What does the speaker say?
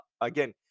again